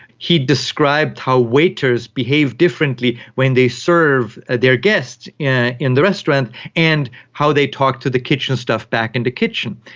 he described how waiters behave differently when they serve their guests yeah in the restaurant and how they talk to the kitchen staff back in the kitchen.